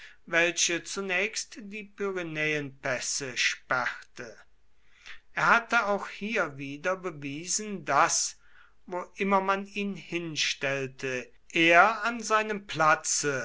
welche zunächst die pyrenäenpässe sperrte er hatte auch hier wieder bewiesen daß wo immer man ihn hinstellte er an seinem platze